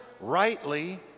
rightly